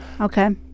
Okay